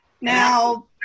Now